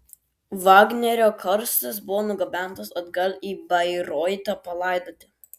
vagnerio karstas buvo nugabentas atgal į bairoitą palaidoti